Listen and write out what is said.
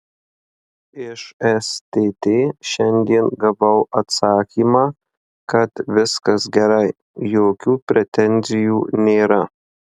iš stt šiandien gavau atsakymą kad viskas gerai jokių pretenzijų nėra